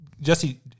Jesse